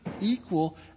equal